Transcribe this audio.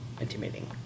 intimidating